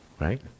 Right